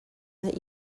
that